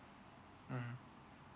mm